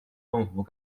政府